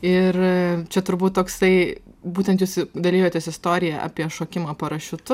ir čia turbūt toksai būtent jūs dalijotės istorija apie šokimą parašiutu